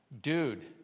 dude